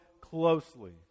closely